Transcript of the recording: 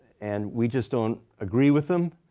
and we just don't agree with them?